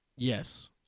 Yes